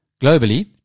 Globally